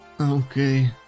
Okay